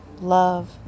love